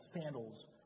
sandals